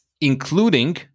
including